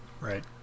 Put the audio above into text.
Right